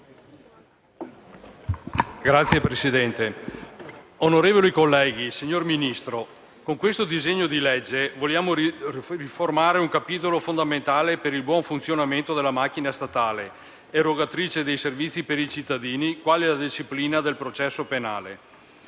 signor Ministro, onorevoli colleghi, con questo disegno di legge vogliamo riformare un capitolo fondamentale per il buon funzionamento della macchina statale, erogatrice di servizi per i cittadini quali la disciplina del processo penale.